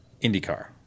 IndyCar